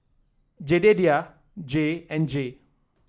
Jedediah Jay and Jay